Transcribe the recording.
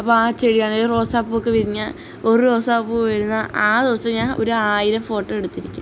അപ്പോൾ ആ ചെടിയാണ് ഒരു റോസാപ്പൂവൊക്കെ വിരിഞ്ഞാൽ ഒരു റോസാപ്പൂ വിരിഞ്ഞാൽ ആ ദിവസം ഞാൻ ഒരു ആയിരം ഫോട്ടോ എടുത്തിരിക്കും